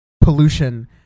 pollution